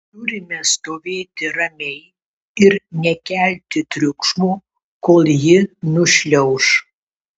turime stovėti ramiai ir nekelti triukšmo kol ji nušliauš